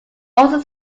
also